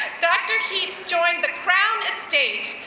dr. heaps joined the crown estate,